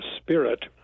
spirit